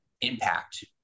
impact